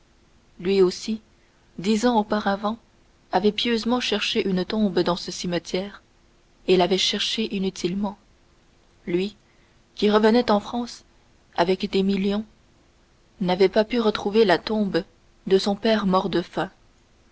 lui aussi dix ans auparavant avait pieusement cherché une tombe dans ce cimetière et l'avait cherchée inutilement lui qui revenait en france avec des millions n'avait pas pu retrouver la tombe de son père mort de faim